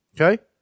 okay